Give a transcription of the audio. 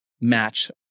match